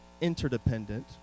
interdependent